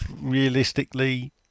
realistically